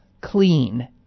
clean